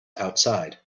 outside